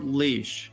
leash